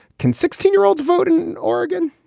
can sixteen year olds vote in oregon?